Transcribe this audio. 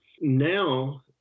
Now